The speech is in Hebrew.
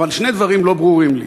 אבל שני דברים לא ברורים לי.